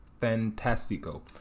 Fantastico